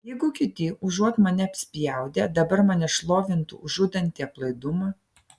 jeigu kiti užuot mane apspjaudę dabar mane šlovintų už žudantį aplaidumą